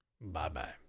Bye-bye